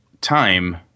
time